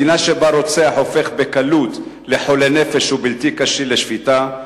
במדינה שבה רוצח הופך בקלות לחולה נפש ובלתי כשיר לשפיטה,